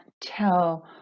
tell